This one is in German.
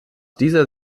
dieser